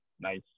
Nice